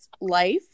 life